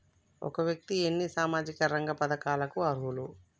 ఒక వ్యక్తి ఎన్ని సామాజిక రంగ పథకాలకు అర్హులు?